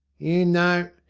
you know.